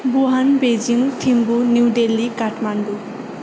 Wuhan Beijing Thimphu New Delhi Kathmandu